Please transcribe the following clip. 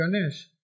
Ganesh